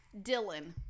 Dylan